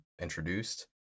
introduced